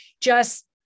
just-